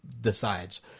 decides